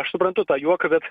aš suprantu tą juoką bet